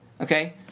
Okay